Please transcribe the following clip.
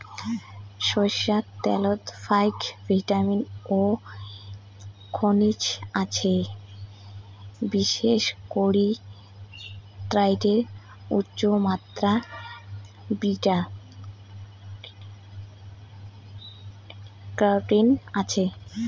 সইরষার ত্যালত ফাইক ভিটামিন ও খনিজ আছে, বিশেষ করি এ্যাইটে উচ্চমাত্রার বিটা ক্যারোটিন আছে